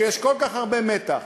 שיש כל כך הרבה מתח,